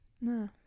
No